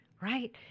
right